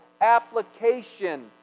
application